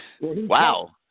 Wow